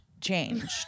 changed